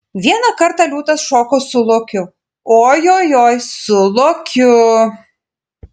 vieną kartą liūtas šoko su lokiu ojojoi su lokiu